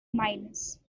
minus